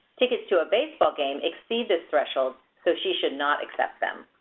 tickets to a baseball game exceeds this threshold so she should not accept them.